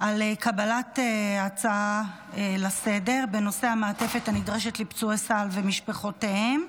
על קבלת הצעה לסדר-היום בנושא: המעטפת הנדרשת לפצועי צה"ל ומשפחותיהם,